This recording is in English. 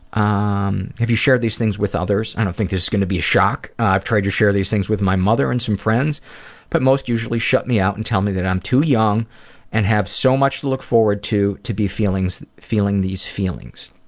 um have you shared these things with others? i don't think this is going to be a shock i've tried to share these things with my mother and some friends but most usually shut me out and tell me that i'm too young and have so much to look forward to to be feeling these feelings.